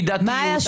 מידתיות,